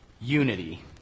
unity